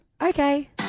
Okay